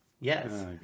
yes